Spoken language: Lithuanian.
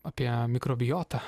apie mikrobiotą